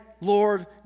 Lord